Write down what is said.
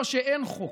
או שאין חוק.